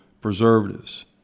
preservatives